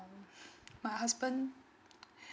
my husband